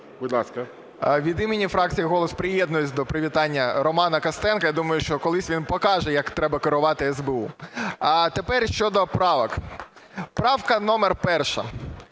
Від імені фракції "Голос" приєднуюсь до привітань Роману Костенку. Я думаю, що колись він покаже, як треба керувати СБУ. А тепер щодо правок. Правка номер перша.